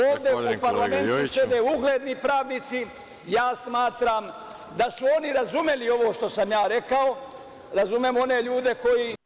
Ovde u parlamentu sede ugledni pravnici, ja smatram da su oni razumeli ovo što sam ja rekao, razumem one ljude koji…